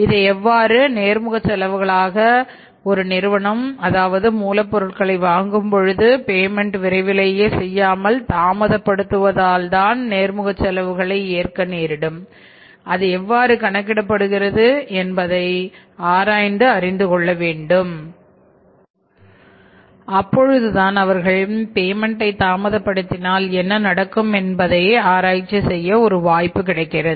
இதை எவ்வாறு நேர்முக செலவுகளாக ஒரு நிறுவனம் அதாவது மூலப் பொருட்களை வாங்கும் பொழுது பேமென்ட்தாமதப்படுத்தினால் என்ன நடக்கும் என்பதை ஆராய்ச்சி செய்ய ஒரு வாய்ப்பு கிடைக்கிறது